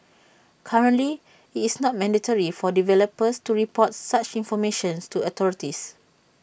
currently IT is not mandatory for developers to report such information to authorities